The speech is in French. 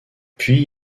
puis